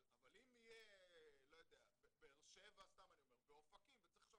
אבל אם יהיה באר שבע ואופקים וצריך עכשיו